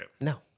No